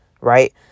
right